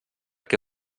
què